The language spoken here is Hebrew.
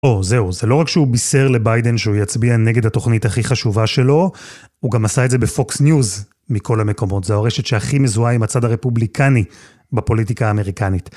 או, זהו, זה לא רק שהוא בישר לביידן שהוא יצביע נגד התוכנית הכי חשובה שלו, הוא גם עשה את זה בפוקס ניוז מכל המקומות. זו הרשת שהכי מזוהה עם הצד הרפובליקני בפוליטיקה האמריקנית.